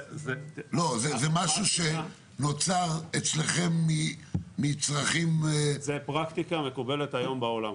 זה משהו שנוצר אצלכם מצרכים --- זו פרקטיקה מקובלת בעולם,